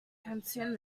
consume